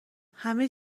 همه